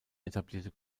etablierte